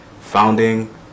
founding